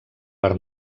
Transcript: per